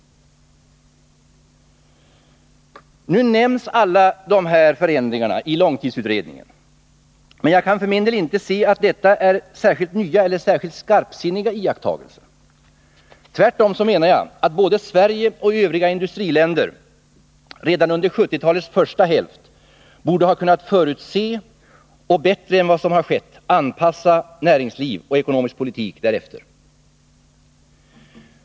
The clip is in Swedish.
Alla dessa förändringar nämns i långtidsutredningen. Men jag kan för min del inte se att detta är särskilt nya eller särskilt skarpsinniga iakttagelser. Tvärtom menar jag att både Sverige och övriga industriländer redan under 1970-talets första hälft borde ha kunnat förutse och bättre än vad som skett anpassa näringsliv och ekonomisk politik därefter.